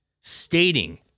stating